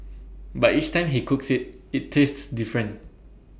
but each time he cooks IT it tastes different